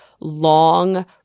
long